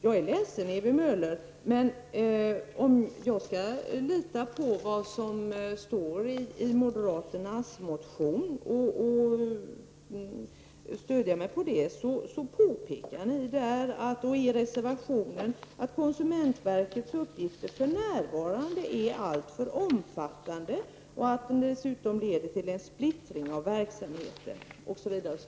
Jag är ledsen, Ewy Möller, men jag litar på vad som står i moderaternas motion. I motionen och i reservationen påpekar ni att ”konsumentverkets uppgifter för närvarande är alltför omfattande och dessutom leder till en splittring av verksamheten”.